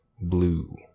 blue